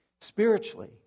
spiritually